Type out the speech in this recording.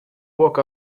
walk